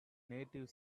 native